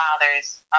fathers